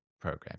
program